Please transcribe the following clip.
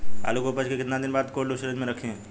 आलू के उपज के कितना दिन बाद कोल्ड स्टोरेज मे रखी?